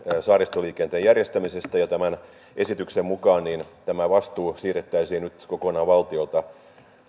saaristoliikenteen järjestämisestä ja tämän esityksen mukaan tämä vastuu siirrettäisiin nyt kokonaan valtiolta